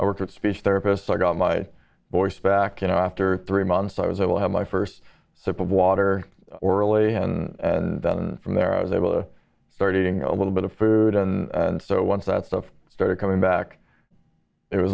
i worked with speech therapists i got my voice back you know after three months i was able had my first sip of water orally and then from there i was able to start eating a little bit of food and so once that stuff started coming back it was